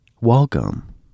welcome